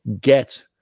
get